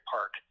Park